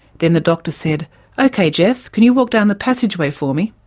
then the doctor said ok geoff, can you walk down the passageway for me?